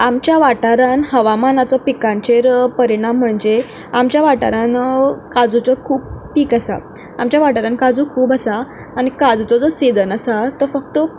आमच्या वाठारांत हवामानाचो पिकांचेर परिणाम म्हणजे आमच्या वाठारांंत काजुच्यो खूब पीक आसात आमच्या वाठारांत काजू खूब आसा आनी काजुचो जो सिजन आसा तो फक्त